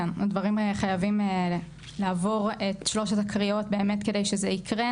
הדברים חייבים לעבור את שלושת הקריאות כדי שזה יקרה.